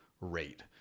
rate